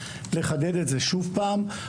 לחדד את זה שוב פעם.